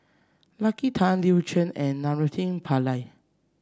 Lucky Tan Lin Chen and Naraina Pillai